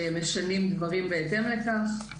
שמשנים דברים בהתאם לכך.